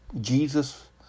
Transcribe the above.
Jesus